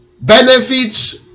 benefits